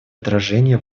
отражение